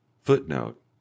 Footnote